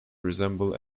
resemble